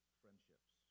friendships